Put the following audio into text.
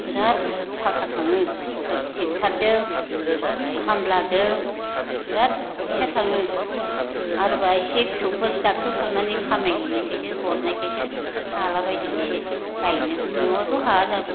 बिराद थाखा थाङो ट्रेक्ट'रजों खामलाजों बिराद फैसा थाङो आरोबा इसे फिसौफोर दाबसेयाव थांनानै खामायहैनायखायसो हरनायखायसो हालाबायदों इसे गायनो नङाबाथ' हाया जागौ